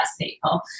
people